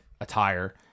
attire